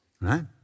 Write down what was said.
right